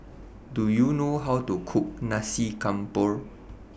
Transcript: Do YOU know How to Cook Nasi Campur